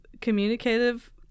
communicative